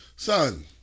Son